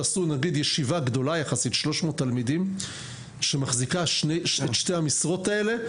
בישיבה גדולה יחסית של 300 תלמידים שמחזיקה את שתי המשרות האלה,